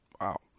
Wow